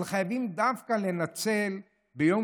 אבל חייבים דווקא לנצל ביום